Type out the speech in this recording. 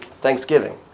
thanksgiving